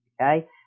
okay